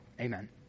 Amen